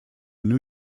new